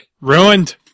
ruined